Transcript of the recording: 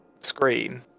screen